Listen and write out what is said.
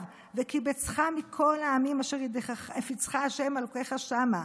וְקִבֶּצְךָ מכל העמים אשר הפיצך ה' אלהיך שמה.